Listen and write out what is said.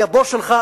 כי הבוס שלך,